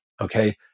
Okay